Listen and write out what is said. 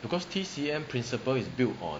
because T_C_M principle is built on